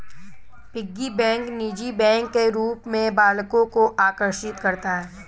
piggy bank निजी bank के रूप में बालकों को आकर्षित करता है